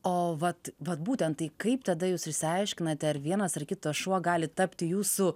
o vat vat būtent tai kaip tada jūs išsiaiškinate ar vienas ar kitas šuo gali tapti jūsų